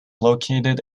located